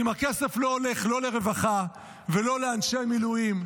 אם הכסף לא הולך לרווחה ולא לאנשי המילואים,